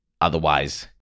Otherwise